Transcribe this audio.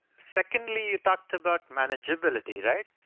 secondly, you talked about manageability, right?